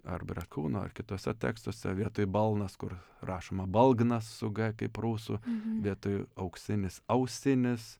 ar brekūno ar kituose tekstuose vietoj balnas kur rašoma balgnas su g kaip prūsų vietoj auksinis ausinis